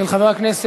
של חבר הכנסת